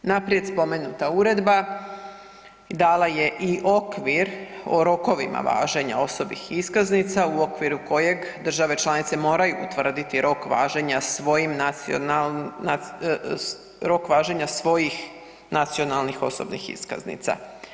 Naprijed spomenuta uredba dala je i okvir o rokovima važenja osobnih iskaznica u okviru kojeg države članice moraju utvrditi rok važenja svojim, rok važenja svojih nacionalnih osobnih iskaznica.